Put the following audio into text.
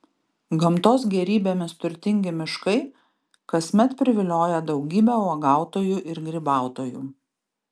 gamtos gėrybėmis turtingi miškai kasmet privilioja daugybę uogautojų ir grybautojų